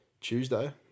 Tuesday